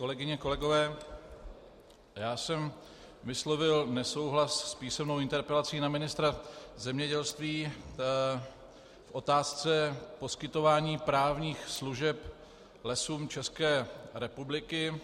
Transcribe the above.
Kolegyně, kolegové, já jsem vyslovil nesouhlas s písemnou interpelací na ministra zemědělství v otázce poskytování právních služeb Lesům České republiky.